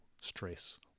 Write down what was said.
stress